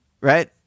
right